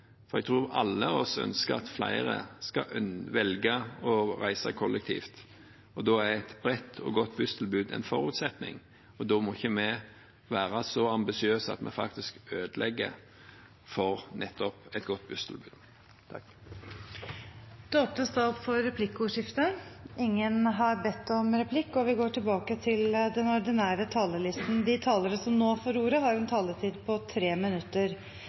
mener jeg bør være et av de viktigste signalene når en behandler et sånt forslag. Jeg tror vi alle ønsker at flere skal velge å reise kollektivt. Da er et bredt og godt busstilbud en forutsetning, og da må vi ikke være så ambisiøse at vi faktisk ødelegger for nettopp et godt busstilbud. De talere som heretter får ordet, har en taletid på inntil 3 minutter.